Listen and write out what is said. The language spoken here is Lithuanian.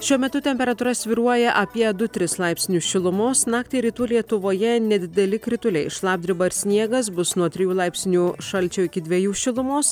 šiuo metu temperatūra svyruoja apie du tris laipsnius šilumos naktį rytų lietuvoje nedideli krituliai šlapdriba ir sniegas bus nuo trijų laipsnių šalčio iki dviejų šilumos